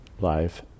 life